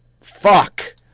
Fuck